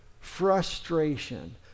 frustration